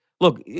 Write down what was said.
look